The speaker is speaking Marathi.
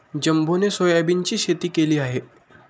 जंबोने सोयाबीनची शेती केली आहे